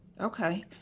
Okay